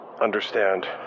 understand